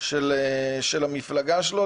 של המפלגה שלו,